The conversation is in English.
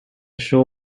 show